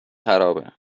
خرابه